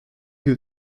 que